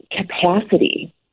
capacity